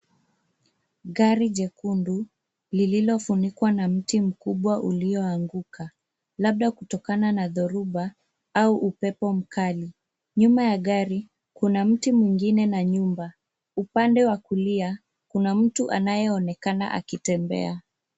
Gari jekundu lililofunikwa na mti mkubwa ulioanguka, lada kutokana na doruba au upepo mkali. Nyuma ya gari kuna mti mwingine na nyumba. Upande wa kulia kuna mtu anayeonekana akitembea.